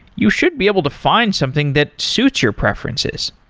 you should be able to find something that suits your preferences.